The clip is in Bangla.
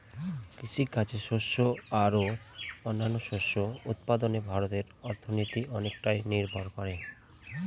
কৃষিকাজে শস্য আর ও অন্যান্য শস্য উৎপাদনে ভারতের অর্থনীতি অনেকটাই নির্ভর করে